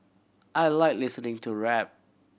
I like listening to rap